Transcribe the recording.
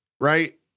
Right